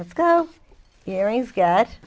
let's go hearings get